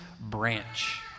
branch